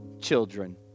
children